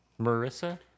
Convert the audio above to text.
Marissa